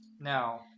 Now